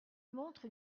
montre